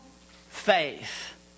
faith